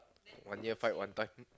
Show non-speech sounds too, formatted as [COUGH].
one year fight one time [LAUGHS]